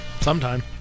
sometime